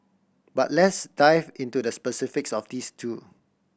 but let's dive into the specifics of these two